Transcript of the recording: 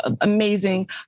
amazing